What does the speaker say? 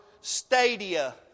Stadia